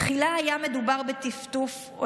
תחילה היה מדובר בטפטוף,